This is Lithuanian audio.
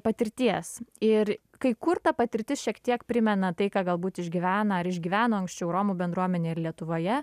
patirties ir kai kur ta patirtis šiek tiek primena tai ką galbūt išgyvena ar išgyveno anksčiau romų bendruomenė ir lietuvoje